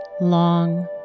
long